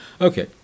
Okay